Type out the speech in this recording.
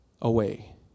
away